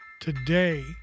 Today